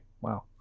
wow